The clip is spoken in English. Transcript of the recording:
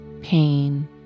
pain